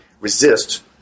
resist